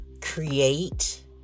create